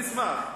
אני אשמח.